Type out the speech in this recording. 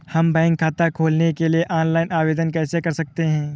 हम बैंक खाता खोलने के लिए ऑनलाइन आवेदन कैसे कर सकते हैं?